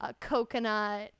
coconut